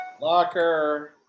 Locker